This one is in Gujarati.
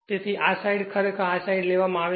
તેથી આ સાઈડ ખરેખર આ સાઈડ માં લેવામાં આવે છે